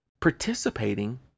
participating